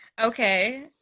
Okay